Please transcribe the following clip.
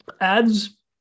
ads